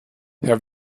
herr